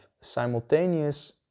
simultaneous